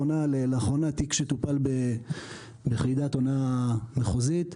לאחרונה תיק שטופל ביחידת הונאה מחוזית,